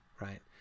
right